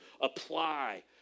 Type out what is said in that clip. apply